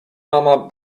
mama